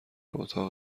اتاق